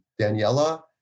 Daniela